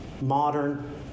modern